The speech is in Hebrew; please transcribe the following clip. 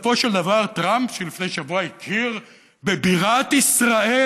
בסופו של דבר טראמפ, שלפני שבוע הכיר בבירת ישראל,